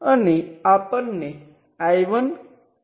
તો હું તમને એક ઉદાહરણ બતાવીશ